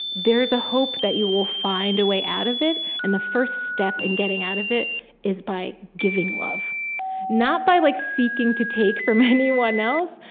there's a hope that you will find a way out of it, and the first step in getting out of it is by giving love not by like seeking to take from anyone else,